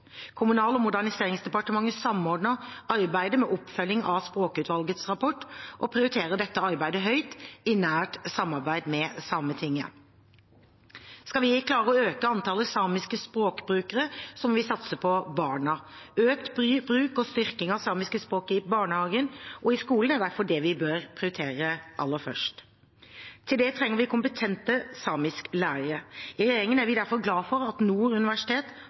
Kommunal- og moderniseringsdepartementet samordner arbeidet med oppfølging av språkutvalgets rapport og prioriterer dette arbeidet høyt, i nært samarbeid med Sametinget. Skal vi klare å øke antallet samiske språkbrukere, må vi satse på barna. Økt bruk og styrking av samiske språk i barnehagen og i skolen er derfor det vi bør prioritere aller først. Til det trenger vi kompetente samisklærere. I regjeringen er vi derfor glade for at Nord universitet